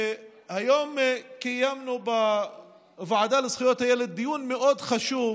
שהיום קיימנו בוועדה לזכויות הילד דיון מאוד חשוב